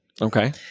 Okay